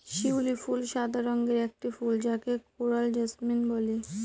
শিউলি ফুল সাদা রঙের একটি ফুল যাকে কোরাল জাসমিন বলে